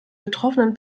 betroffenen